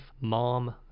mom